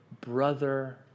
Brother